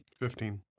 Fifteen